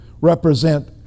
Represent